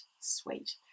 sweet